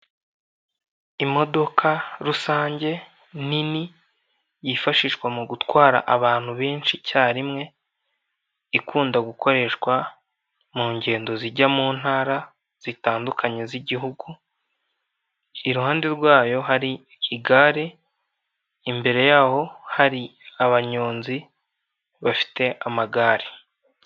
Imodoka rusange nini yifashishwa mu gutwara abantu benshi icyarimwe, ikunda gukoreshwa mu ngendo zijya mu ntara zitandukanye z'igihugu, iruhande rwayo hari igare, imbere yaho hari abanyonzi bafite amagare.